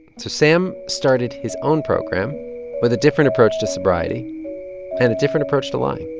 so sam started his own program with a different approach to sobriety and a different approach to lying